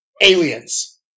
Aliens